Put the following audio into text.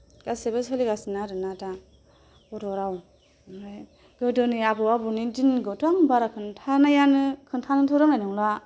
गासैबो सोलिगासिनो आरोना दा बर' राव ओमफ्राय गोदोनि आबै आबौनि दिननिखौथ' आं बारा खिन्थानायानो खिन्थानोथ' रोंनाय नंला